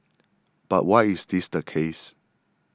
but why is this the case